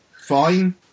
fine